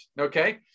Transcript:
okay